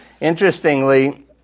interestingly